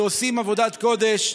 שעושים עבודת קודש.